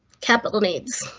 capital needs.